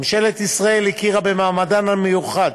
ממשלת ישראל הכירה במעמדם המיוחד